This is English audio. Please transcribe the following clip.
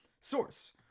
Source